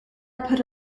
put